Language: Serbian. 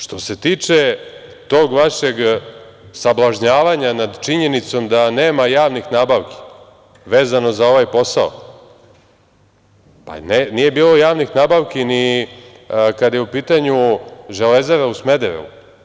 Što se tiče tog vašeg sablažnjavanja nad činjenicom da nema javnih nabavki vezano za ovaj posao, pa nije bilo javnih nabavki ni kad je u pitanju Železara u Smederevu.